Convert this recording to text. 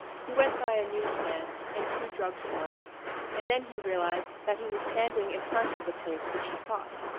he went by a news-stand and two drug-stores and then he realized that he was standing in front of the place which he sought,